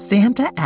Santa